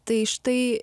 tai štai